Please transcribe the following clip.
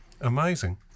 amazing